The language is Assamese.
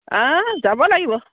আঁ যাব লাগিব